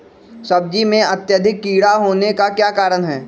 सब्जी में अत्यधिक कीड़ा होने का क्या कारण हैं?